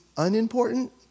Unimportant